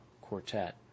quartet